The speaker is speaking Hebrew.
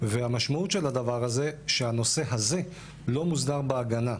והמשמעות של הדבר הזה שהנושא הזה לא מוסדר בהגנה.